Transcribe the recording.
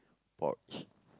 Porsche